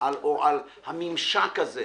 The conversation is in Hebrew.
או הממשק הזה,